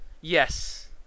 Yes